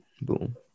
Boom